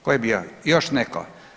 Ko je bio, još neko?